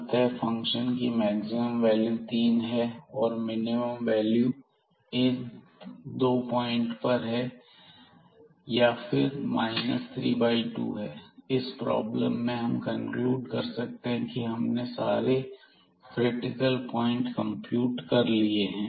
अतः फंक्शन की maximum value तीन है और मिनिमम वैल्यू इन 2 पॉइंट पर है या फिर 32 है इस प्रॉब्लम में हम कनक्लूड कर सकते हैं कि हमने सारे क्रिटिकल प्वाइंट कंप्यूट कर लिए हैं